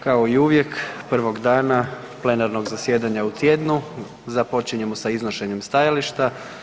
Kao i uvijek, prvog dana plenarnog zasjedanja u tjednu, započinjemo sa iznošenjem stajališta.